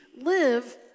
live